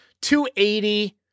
280